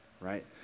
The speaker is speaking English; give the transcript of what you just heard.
right